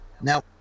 Now